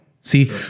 See